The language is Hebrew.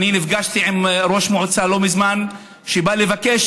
נפגשתי לא מזמן עם ראש מועצה שבא לבקש